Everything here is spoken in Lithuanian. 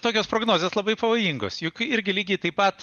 tokios prognozės labai pavojingos juk irgi lygiai taip pat